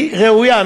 היא ראויה.